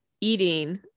eating